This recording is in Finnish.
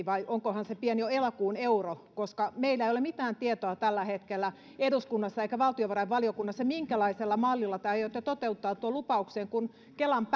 vai onkohan se pian jo elokuun euro koska meillä ei ole tällä hetkellä eduskunnassa eikä valtiovarainvaliokunnassa mitään tietoa siitä minkälaisella mallilla te aiotte toteuttaa tuon lupauksen kun kelan